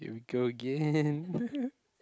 here we go again